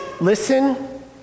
listen